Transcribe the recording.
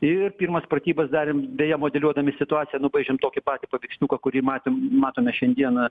ir pirmas pratybas darėm deja modeliuodami situaciją nupaišėm tokį patį paveiksliuką kurį matėm matome šiandieną